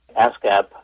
ASCAP